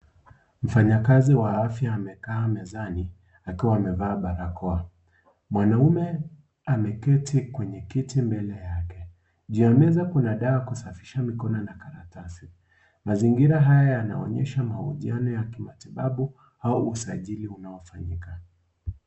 Mfanyikazi wa afya amekaa mezani akiwa amevaa barakoa. Mwanaume ameketi kwenye kiti mbele yake. Juu ya meza kuna dawa ya kusafisha mikono na karatasi .Mazingira haya yanaonyesha mahojiano ya kimatibabu au usajili unaofanyika.